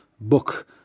book